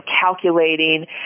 calculating